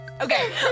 Okay